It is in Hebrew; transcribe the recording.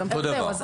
אותו דבר.